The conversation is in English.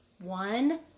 one